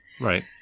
Right